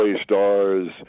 stars